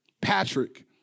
Patrick